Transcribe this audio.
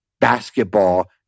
basketball